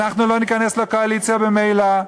אנחנו לא ניכנס לקואליציה ממילא.